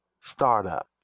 Startup